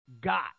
got